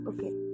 Okay